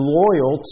loyal